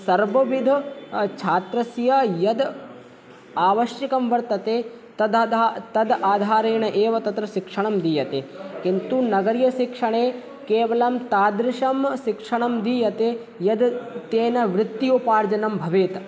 सर्वविध छात्रस्य यद् आवश्यकं वर्तते तदाधा तद् आधारेण एव तत्र शिक्षणं दीयते किन्तु नगरीयशिक्षणे केवलं तादृशं शिक्षणं दीयते यद् तेन वृत्त्योपार्जनं भवेत्